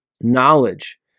knowledge